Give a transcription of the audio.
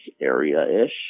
area-ish